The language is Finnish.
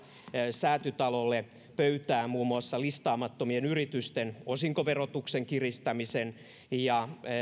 säätytalolle pöytään muun muassa listaamattomien yritysten osinkoverotuksen kiristämisen ja